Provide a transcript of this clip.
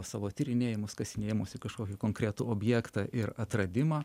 savo tyrinėjimus kasinėjimus į kažkokį konkretų objektą ir atradimą